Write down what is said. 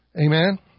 amen